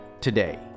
today